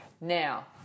Now